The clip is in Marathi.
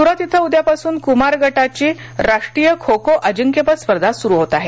सुरत इथं उद्यापासून कुमार गटाची राष्ट्रीय खो खो अजिंक्यपद स्पर्धा सुरू होत आहे